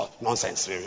Nonsense